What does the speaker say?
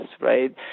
right